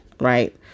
right